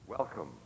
Welcome